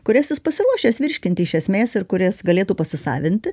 kurias jis pasiruošęs virškinti iš esmės ir kurias galėtų pasisavinti